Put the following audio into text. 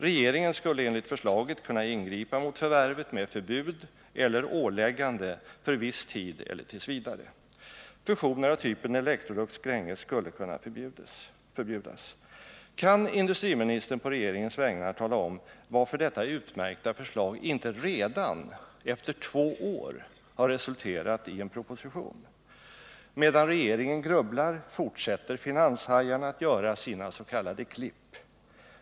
Regeringen skulle enligt förslaget kunna ingripa mot förvärvet med förbud eller åläggande för viss tid eller t. v. Fusioner av typen Electrolux-Gränges skulle kunna förbjudas. Kan industriministern på regeringens vägnar tala om varför detta utmärkta förslag inte redan — efter två år — resulterat i en proposition? Medan regeringen grubblar fortsätter finansherrarna att göra sina s.k. klipp.